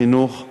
החינוך והאוצר.